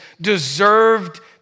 deserved